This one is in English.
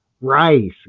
Rice